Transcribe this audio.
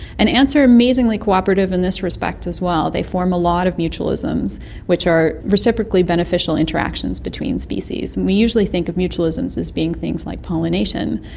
and ants are amazingly cooperative in this respect as well. they form a lot of mutualisms which are reciprocally beneficial interactions between species. and we usually think of mutualisms as being things like pollination,